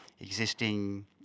existing